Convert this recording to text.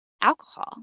alcohol